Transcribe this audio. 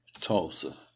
Tulsa